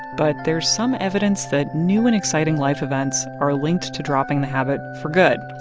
but there's some evidence that new and exciting life events are linked to dropping the habit for good.